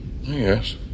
Yes